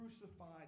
crucified